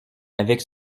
avec